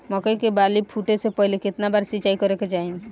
मकई के बाली फूटे से पहिले केतना बार सिंचाई करे के चाही?